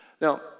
Now